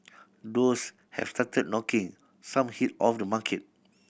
those have started knocking some heat off the market